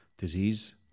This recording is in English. disease